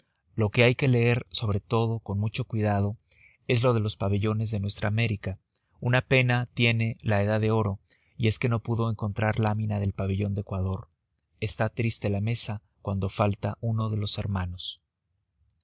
lo que hay que leer sobre todo con mucho cuidado es lo de los pabellones de nuestra américa una pena tiene la edad de oro y es que no pudo encontrar lámina del pabellón del ecuador está triste la mesa cuando falta uno de los hermanos